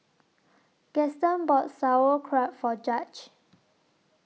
Gaston bought Sauerkraut For Judge